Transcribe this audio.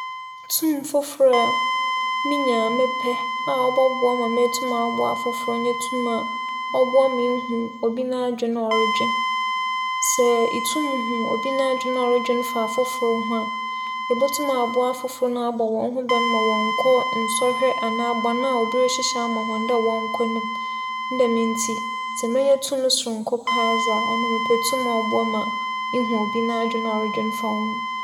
Tum fofor a menya mepɛ a ͻbͻboa ma meetum aboa afofor nye tum a ͻboa ma ihu obi n'adwen a ͻrodwen. Sɛ itum hu obi n'adwen a ͻrodwen fa afofor ho a, ibotum aboa afofor abͻ hͻn ho ban ma wͻnnkͻ nsͻhwɛ anaa bͻn a obi rehyehyɛ ama hͻn dɛ wͻnkͻ no mu. Ne dɛm ntsi sɛ menya tum soronko paa dze a, ͻno mepɛ tum a ͻboa ma ihu obi n'adwen a ͻrodwen fa woho.